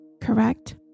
correct